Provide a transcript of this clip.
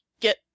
get